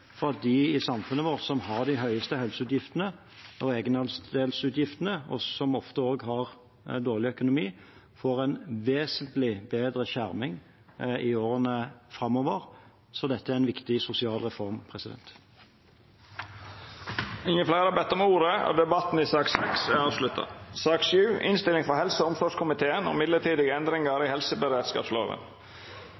for at de i samfunnet vårt som har de høyeste helseutgiftene og egenandelsutgiftene, og som ofte også har dårlig økonomi, får en vesentlig bedre skjerming i årene framover, så dette er en viktig sosial reform. Fleire har ikkje bedt om ordet til sak nr. 6. Etter ynske frå helse- og omsorgskomiteen